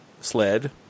sled